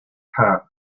path